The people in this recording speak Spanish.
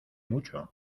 mucho